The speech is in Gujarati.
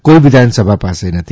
કોઈ વિધાનસભા પાસે નથી